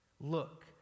Look